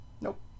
Nope